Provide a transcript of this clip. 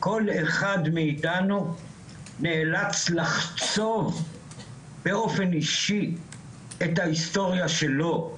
כל אחד מאיתנו נאלץ לחצוב באופן אישי את ההיסטוריה שלו,